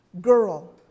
girl